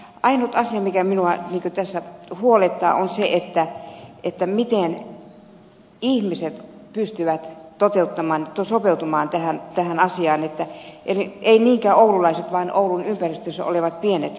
ainut asia mikä minua tässä huolettaa on se miten ihmiset pystyvät sopeutumaan tähän asiaan eivät niinkään oululaiset vaan oulun ympäristössä olevien pienempien kuntien asukkaat